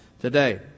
today